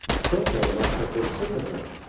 chopin must have been sick of them,